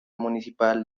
municipal